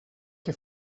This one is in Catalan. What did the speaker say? que